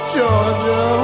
Georgia